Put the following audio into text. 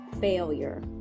failure